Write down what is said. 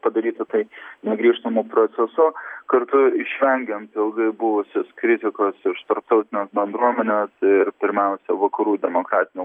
padaryti tai negrįžtamu procesu kartu išvengiant ilgai buvusius kritikus iš tarptautinių bendruomenių ir pirmiausia vakarų demokratinio